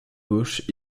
gauche